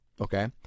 okay